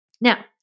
Now